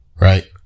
right